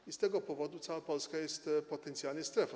I z tego powodu cała Polska jest potencjalnie strefą.